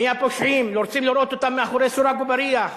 מי הפושעים, רוצים לראות אותם מאחורי סורג ובריח.